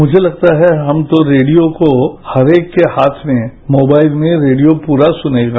मुझे लगता है हम तो रेडियो को हर एक के हाथ में मोबाईत में रेडियो पूरा सुनेगा